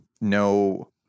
no